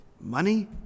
money